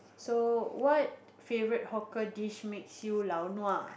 so what favourite hawker dish makes you laonua